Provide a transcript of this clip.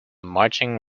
marching